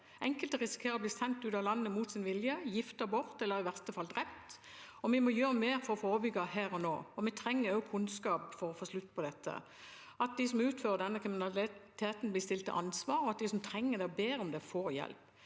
Enkelte risikerer å bli sendt ut av landet mot sin vilje, giftet bort eller i verste fall drept, og vi må gjøre mer for å forebygge det her og nå. Vi trenger også kunnskap for å få slutt på dette – for at de som utfører denne kriminaliteten, skal bli stilt til ansvar, og for at de som trenger det og ber om det, får hjelp.